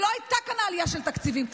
ולא הייתה כאן עלייה של תקציבים.